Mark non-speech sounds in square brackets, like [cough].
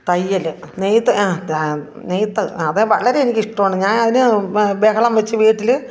തയ്യല് നെയ്ത്ത് ആ [unintelligible] നെയ്ത്ത് അത് വളരെ എനിക്കിഷ്ടമാണ് ഞാൻ അതിന് ബഹളം വച്ച് വീട്ടില്